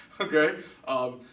okay